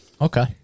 Okay